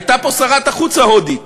הייתה פה שרת החוץ ההודית